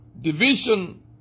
division